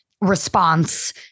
response